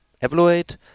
evaluate